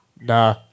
Nah